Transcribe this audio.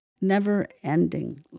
never-ending